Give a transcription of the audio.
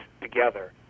together